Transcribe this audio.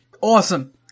Awesome